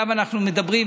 ההסתייגות לא התקבלה.